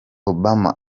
obama